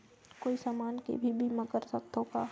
कोई समान के भी बीमा कर सकथव का?